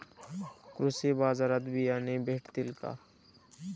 कृषी बाजारात बियाणे भेटतील का?